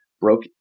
broke